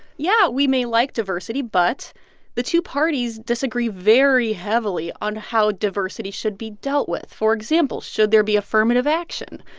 yeah, we may like diversity, but the two parties disagree very heavily on how diversity should be dealt with. for example, should there be affirmative action?